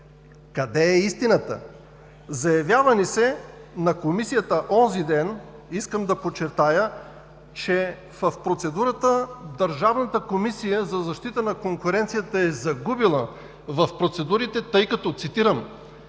Къде е истината? Заявява ни се на Комисията онзи ден – искам да подчертая, че в процедурата Държавната комисия за защита на конкуренцията е загубила в процедурите, тъй като, цитирам: